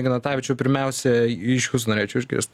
ignatavičiau pirmiausia iš jūsų norėčiau išgirst